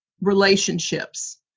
relationships